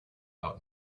out